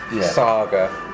saga